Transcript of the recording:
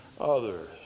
others